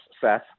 Seth